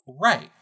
Right